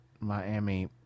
Miami